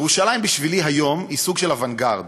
ירושלים בשבילי היום היא סוג של אוונגרד.